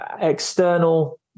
external